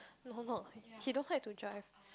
no no he don't like to drive